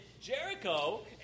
Jericho